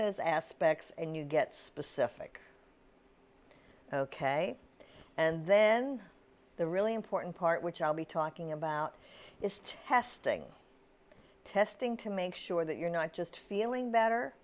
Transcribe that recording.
those aspects and you get specific ok and then the really important part which i'll be talking about is testing testing to make sure that you're not just feeling better